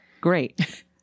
great